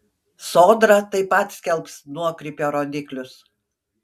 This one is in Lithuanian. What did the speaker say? sodra taip pat skelbs nuokrypio rodiklius